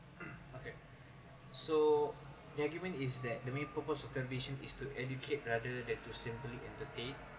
mm okay so the argument is that the main purpose of television is to educate rather than simply entertain